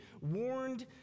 warned